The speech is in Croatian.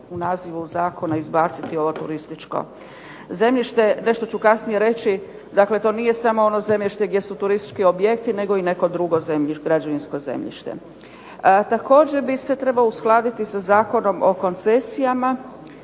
u nazivu zakona izbaciti ovo turističko zemljište. Nešto ću kasnije reći, dakle to nije samo ono zemljište gdje su turistički objekti, nego i neko drugo građevinsko zemljište. Također bi se trebao uskladiti sa Zakonom o koncesijama,